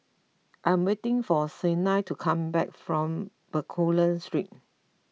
I am waiting for Siena to come back from Bencoolen Street